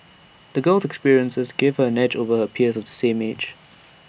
the girl's experiences gave her A edge over her peers of the same age